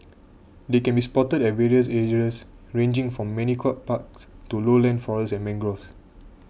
they can be spotted at various areas ranged from manicured parks to lowland forests and mangroves